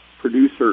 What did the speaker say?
producer